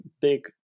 big